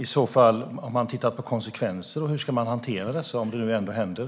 Hur ska man hantera konsekvenserna om detta ändå sker?